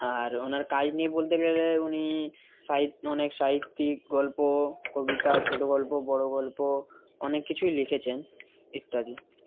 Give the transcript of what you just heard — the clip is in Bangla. আর ওনার কাজ নিয়ে বলতে গেলে উনি অনেক সাহিত্যিক গল্প কবিতা ছোটো গল্প বড়ো গল্প অনেক কিছুই লিখেছেন ইত্যাদি